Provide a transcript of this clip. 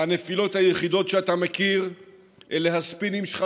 והנפילות היחידות שאתה מכיר אלה הספינים שלך,